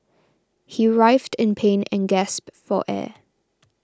he writhed in pain and gasped for air